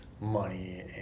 money